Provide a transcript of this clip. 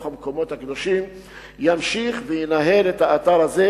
המקומות הקדושים ימשיך וינהל את האתר הזה,